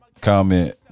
Comment